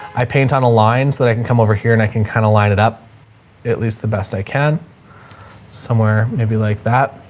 i paint on a lines that i can come over here and i can kind of line it up at least the best i can somewhere maybe like that.